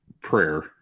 prayer